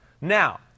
now